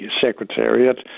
Secretariat